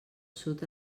sud